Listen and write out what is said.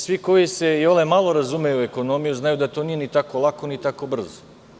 Svi koji se iole malo razumeju u ekonomiju, znaju da to nije ni tako lako ni tako brzo.